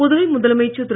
புதுவை முதலமைச்சர் திரு